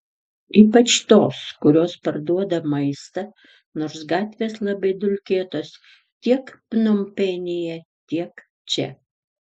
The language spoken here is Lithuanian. ypač tos kurios parduoda maistą nors gatvės labai dulkėtos tiek pnompenyje tiek čia